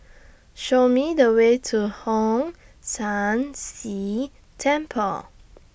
Show Me The Way to Hong San See Temple